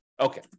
okay